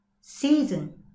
Season